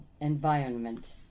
environment